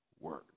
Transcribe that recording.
word